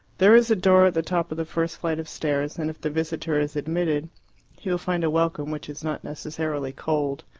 there is a door at the top of the first flight of stairs, and if the visitor is admitted he will find a welcome which is not necessarily cold.